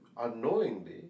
unknowingly